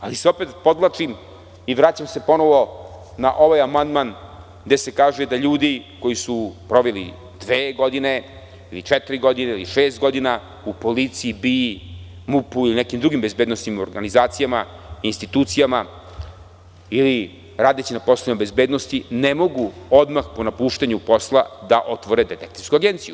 Ali, opet podvlačim, i vraćam se ponovo na ovaj amandman gde se kaže da ljudi koji su proveli dve godine ili četiri godine ili šest godina u policiji, BIA, MUP ili nekim drugim bezbednosnim organizacijama, institucijama, ili radeći na poslovima bezbednosti, ne mogu odmah po napuštanju posla da otvore detektivsku agenciju.